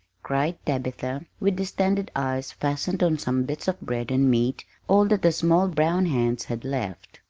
cried tabitha, with distended eyes fastened on some bits of bread and meat all that the small brown hands had left.